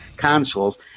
consoles